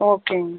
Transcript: ஓகேங்க